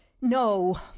No